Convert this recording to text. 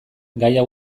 gaia